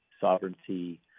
Sovereignty